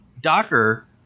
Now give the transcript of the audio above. Docker